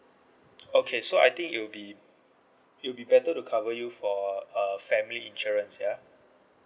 okay so I think it will be it will be better to cover you for a family insurance ya